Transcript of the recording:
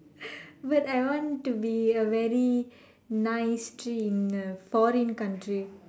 but I want to be a very nice tree in a foreign country